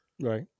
Right